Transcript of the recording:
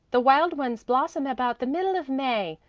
the wild ones blossom about the middle of may.